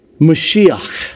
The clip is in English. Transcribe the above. Mashiach